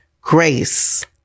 grace